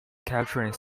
capturing